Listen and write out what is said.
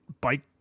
bike